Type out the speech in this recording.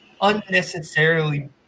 unnecessarily